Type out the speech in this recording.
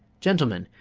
gentlemen,